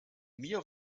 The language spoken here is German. mir